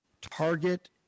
target